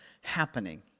happening